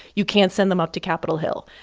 you can't send them up to capitol hill.